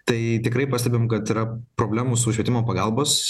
tai tikrai pastebim kad yra problemų su švietimo pagalbos